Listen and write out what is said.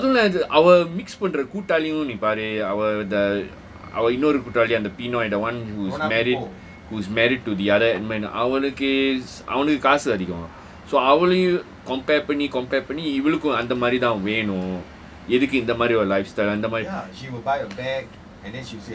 அது தான் இது அவ:athu thaan ithu awa mix கூட்டாளியும்:koottaaliyum our the our you know இன்னொரு கூட்டாளி:innoru koottali the pinoy the one who's married who's married to the other man அவனுக்கு காசு அதிகம் :awanukku kaasu adhigam so how will you compare அவனையும்:awanayum compare பண்ணி அந்த மாறி தான் வெண்ணும் எதுக்கு இந்த மாதிரி: panni antha maari thaan weanum ethukku intha maadhiri lifestyle யந்த மாறி:antha maari